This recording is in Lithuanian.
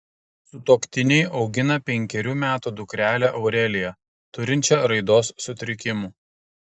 sutuoktiniai augina penkerių metų dukrelę aureliją turinčią raidos sutrikimų